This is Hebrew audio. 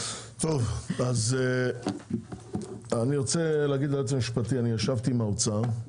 אני רוצה להגיד ליועץ המשפטי, ישבתי עם האוצר.